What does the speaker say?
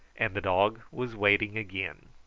and the dog was waiting again.